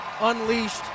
unleashed